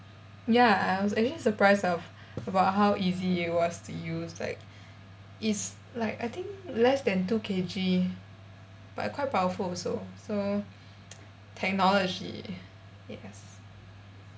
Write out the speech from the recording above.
ya I was actually surprised of about how easy it was to use like it's like I think less than two K_G but quite powerful also so technology yes